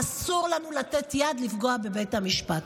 אסור לנו לתת יד לפגוע בבית המשפט.